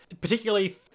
particularly